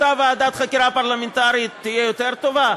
אותה ועדת חקירה פרלמנטרית תהיה יותר טובה?